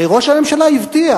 הרי ראש הממשלה הבטיח: